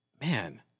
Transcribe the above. Man